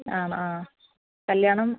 ആണോ ആ കല്യാണം